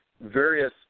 various